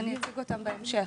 אני אציג אותם בהמשך.